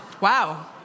Wow